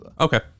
Okay